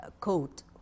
code